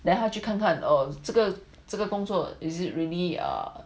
then 他去看看这个这个工作 is it really err